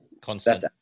constant